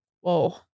Whoa